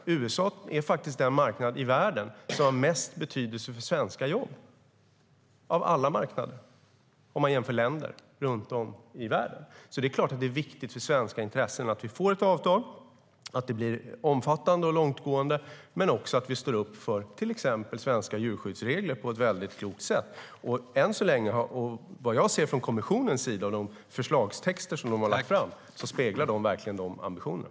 USA är faktiskt den marknad i världen som har mest betydelse för svenska jobb av alla marknader, om man jämför länder runt om i världen. Det är klart att det är viktigt för svenska intressen att vi får ett avtal, att det blir omfattande och långtgående men också att vi står upp för till exempel svenska djurskyddsregler på ett klokt sätt. Vad jag ser i de förslagstexter som kommissionen har lagt fram är att de verkligen speglar de ambitionerna.